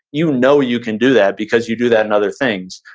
you know you can do that because you do that in other things.